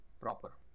proper